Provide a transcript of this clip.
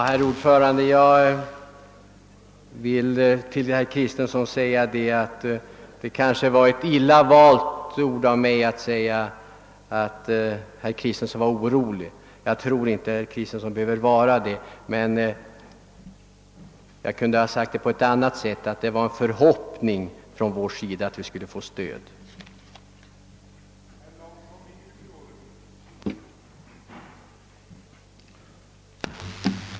Herr talman! Kanske valde jag orden illa när jag sade att herr Kristenson verkade orolig; uppriktigt sagt: jag tror inte han behöver vara det. Jag kunde ha uttryckt mig på ett annat sätt, nämligen att det är vår förhoppning att vi skall få stöd av bl.a. de 9 broderskaparna.